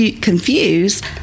confused